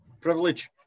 Privilege